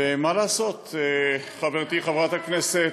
ומה לעשות חברתי חברת הכנסת,